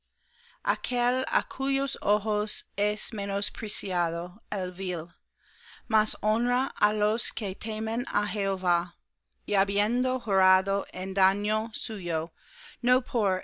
aquel á cuyos ojos es menospreciado el vil mas honra á los que temen á jehová y habiendo jurado en daño suyo